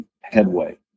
headway